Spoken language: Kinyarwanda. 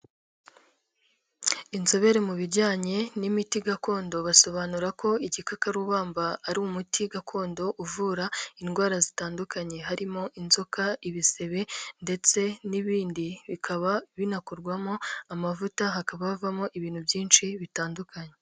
Inzobere mu bijyanye n'imiti gakondo, basobanura ko igikakarubamba ari umuti gakondo uvura indwara zitandukanye. Harimo inzoka, ibisebe ndetse n'ibindi. Bikaba binakorwamo amavuta, hakaba havamo ibintu byinshi bitandukanye.